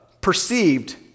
perceived